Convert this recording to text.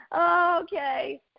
Okay